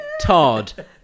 Todd